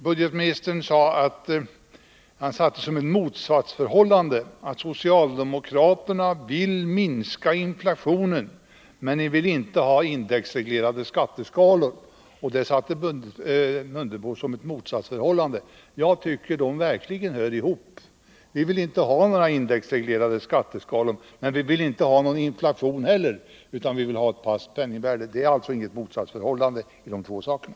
Budgetministern såg ett motsatsförhållande i att socialdemokraterna vill minska inflationen men inte vill ha indexreglerade skatteskalor. Jag tycker att detta verkligen hör ihop. Vi vill inte ha några indexreglerade skatteskalor. Men vi vill inte ha någon inflation heller, utan vi vill ha ett fast penningvärde. Det är alltså inget motsatsförhållande på denna punkt.